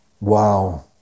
Wow